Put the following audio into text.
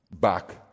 back